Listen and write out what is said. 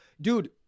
dude